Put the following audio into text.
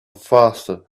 faster